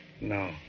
No